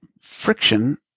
friction